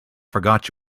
forgot